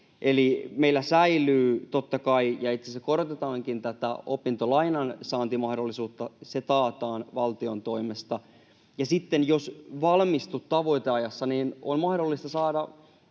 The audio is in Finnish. Eli meillä säilyy, totta kai, ja itse asiassa korotetaankin tätä opintolainan saantimahdollisuutta. Se taataan valtion toimesta. Sitten jos valmistut tavoiteajassa, on mahdollista saada